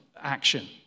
action